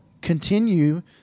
continue